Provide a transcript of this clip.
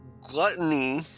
Gluttony